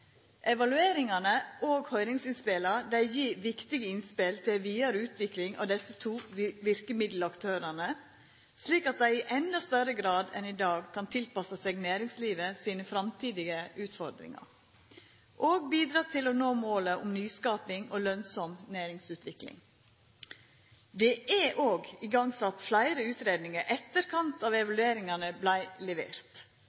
Evalueringane – og høyringsinnspela – gjev viktige innspel til ei vidare utvikling av desse to verkemiddelaktørane, slik at dei i endå større grad enn i dag kan tilpassa seg næringslivet sine framtidige utfordringar og bidra til å nå målet om nyskaping og lønsam næringsutvikling. Det er òg sett i gang fleire utgreiingar i etterkant av